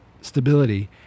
stability